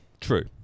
True